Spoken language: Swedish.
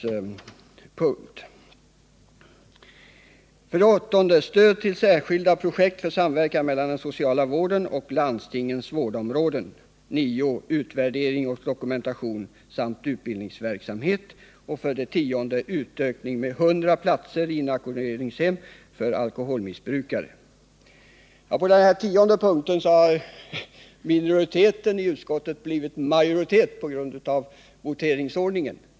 Vi föreslår stöd till särskilda projekt för samverkan inom socialvården med landstingens vårdområden. 9. Vi vill att man skall göra utvärdering och dokumentation av den verksamhet som bedrivs, och vi vill att utbildningsverksamhet skall sättas i gång. 10. Vi föreslår en utökning med 100 platser vid inackorderingshem för alkoholmissbrukare. På den här tionde punkten har minoriteten i utskottet blivit majoritet på grund av voteringsordningen.